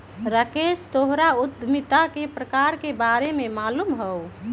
राकेश तोहरा उधमिता के प्रकार के बारे में मालूम हउ